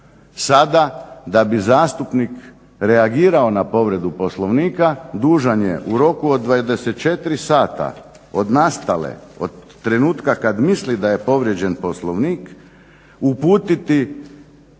sada da bi zastupnik reagirao na povredu Poslovnika dužan je u roku od 24 sata od nastale, od trenutka kad misli da je povrijeđen Poslovnik uputiti